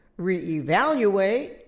reevaluate